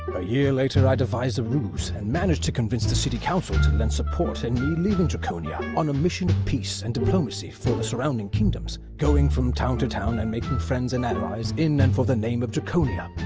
but a year later, i devised a ruse and managed to convince the city council to lend support in me leaving draconia on a mission of peace and diplomacy for the surrounding kingdoms. going from town to town and making friends and allies, in and for the name of draconia.